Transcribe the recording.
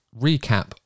recap